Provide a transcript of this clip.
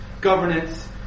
governance